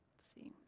see.